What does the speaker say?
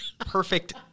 Perfect